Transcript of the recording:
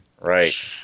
Right